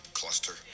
cluster